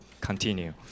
continue